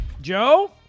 Joe